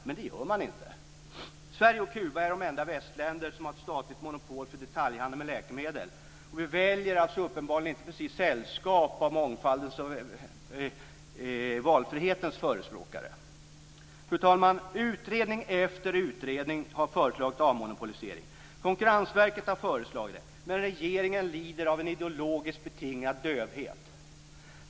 Men det gör man inte. Sverige och Kuba är de enda västländer som har ett statligt monopol för detaljhandel med läkemedel. Vi väljer uppenbarligen inte ett sällskap av mångfaldens och valfrihetens förespråkare. Fru talman! Utredning efter utredning har föreslagit avmonopolisering. Konkurrensverket har föreslagit det, men regeringen lider av en ideologiskt betingad dövhet.